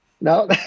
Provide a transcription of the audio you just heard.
No